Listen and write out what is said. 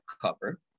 cover